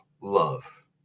love